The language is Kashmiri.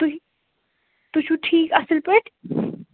تُہۍ تُہۍ چھو ٹھیٖک اصل پٲٹھۍ